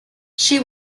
she